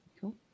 Cool